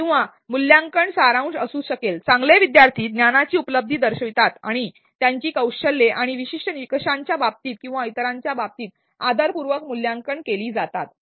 किंवा मूल्यांकन सारांश असू शकेल चांगले विद्यार्थी ज्ञानाची उपलब्धी दर्शवितात आणि त्यांची कौशल्ये आणि विशिष्ट निकषांच्या बाबतीत किंवा इतरांच्या बाबतीत आदरपुर्वक मूल्यांकन केली जातात